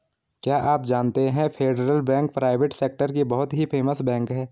क्या आप जानते है फेडरल बैंक प्राइवेट सेक्टर की बहुत ही फेमस बैंक है?